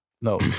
No